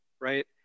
Right